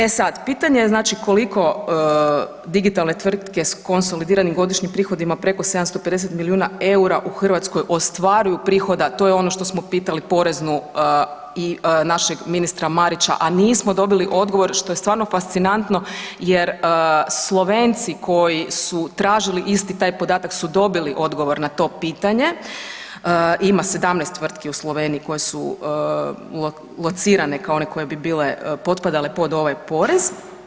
E sad, pitanje znači koliko digitalne tvrtke s konsolidiranim godišnjim prihodima preko 750 milijuna eura u Hrvatskoj ostvaruju prihoda, to je ono što smo pitali poreznu i našeg ministra Marića a nismo dobili odgovor, što je stvarno fascinantno jer Slovenci koji su tražili isti taj podatak su dobili odgovor na to pitanje, ima 17 tvrtki u Sloveniji koje su locirane kao one koje bi bile, potpadale pod ovaj porez.